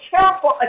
careful